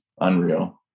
unreal